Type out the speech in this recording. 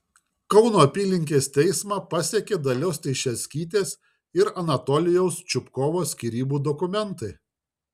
kauno apylinkės teismą pasiekė dalios teišerskytės ir anatolijaus čupkovo skyrybų dokumentai